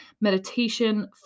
meditation